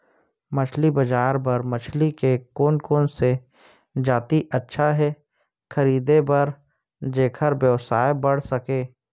मछली बजार बर मछली के कोन कोन से जाति अच्छा हे खरीदे बर जेकर से व्यवसाय बढ़ सके?